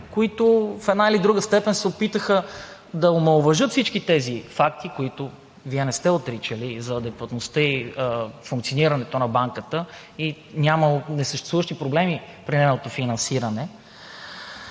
които в една или друга степен се опитаха да омаловажат всички тези факти, които Вие не сте отричали – и за адекватността, и за функционирането на банката, и несъществуващи проблеми при нейното финансиране.